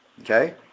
Okay